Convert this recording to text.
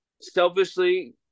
selfishly